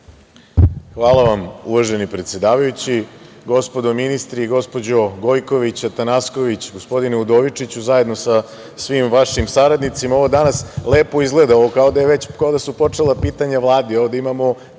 Hvala vam, uvaženi predsedavajući. Gospodo ministri, gospođo Gojković, Atanacković, gospodine Udovičiću, zajedno sa svim vašim saradnicima, ovo danas lepo izgleda, kao da su već počela pitanja Vladi, ovde imamo